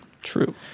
True